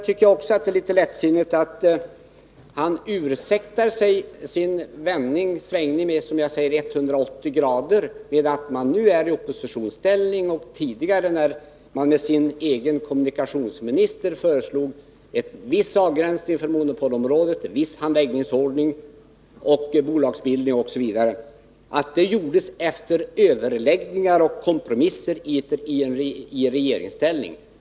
Det är också litet lättsinnigt att Rolf Clarkson ursäktar sig för sin — som jag sade — svängning med 180 grader med att moderaterna nu är i oppositionsställning. När de tidigare genom sin egen kommunikationsminister föreslog en viss avgränsning för monopolområdet, en viss handläggningsordning, bolagsbildning osv., gjorde de detta efter överläggningar och kompromisser, eftersom de var i regeringsställning.